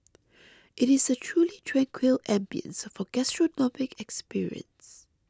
it is a truly tranquil ambience for gastronomic experience